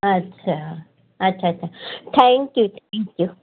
अच्छा अच्छा अच्छा थैंक्यू थैंक्यू